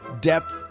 depth